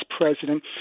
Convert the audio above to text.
president